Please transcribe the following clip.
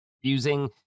using